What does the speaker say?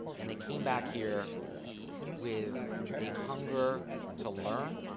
and they came back here with a hunger to learn,